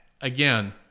again